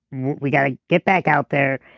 we got to get back out there,